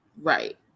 right